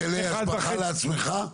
זאת המשימה שלך,